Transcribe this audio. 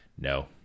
No